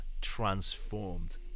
transformed